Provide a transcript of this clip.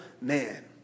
man